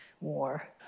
war